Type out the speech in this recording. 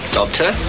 Doctor